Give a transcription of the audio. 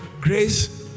grace